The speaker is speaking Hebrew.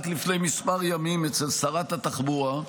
רק לפני כמה ימים, אצל שרת התחבורה,